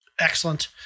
Excellent